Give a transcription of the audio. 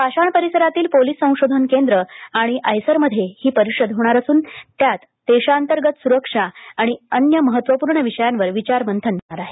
पाषाण परिसरातील पोलीस संशोधन केंद्र आणि आयसर मध्ये ही परिषद होणार असून त्यातदेशांतर्गत सुरक्षा आणि अन्य महत्वपूर्ण विषयांवर विचार मंथन होणार आहे